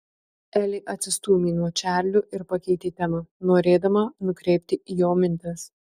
elė atsistūmė nuo čarlio ir pakeitė temą norėdama nukreipti jo mintis